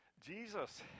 Jesus